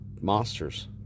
monsters